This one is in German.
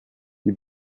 die